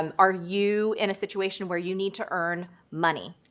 um are you in a situation where you need to earn money?